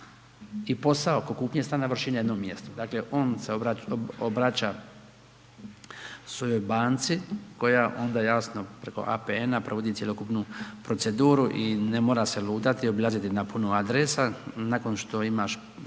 i posao oko kupnje stana, vrši na jednom mjestu. Dakle, on se obraća svojoj banci, koja onda jasno preko APN-a provodi cjelokupnu proceduru i ne mora se lutati, obilaziti na puno adresa, nakon što imaš